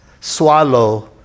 swallow